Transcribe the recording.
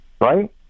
right